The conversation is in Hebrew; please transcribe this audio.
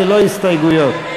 ללא הסתייגויות.